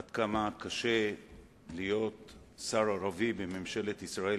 עד כמה קשה להיות שר ערבי בממשלת ישראל,